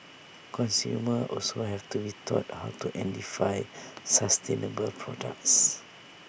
consumers also have to be taught how to identify sustainable products